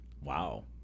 Wow